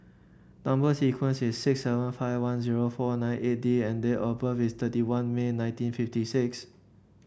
number sequence is six seven five one zero four nine eight D and date of birth is thirty one May nineteen fifty six